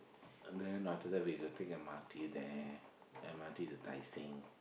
and then after that we will take M_R_T there M_R_T to Tai-Seng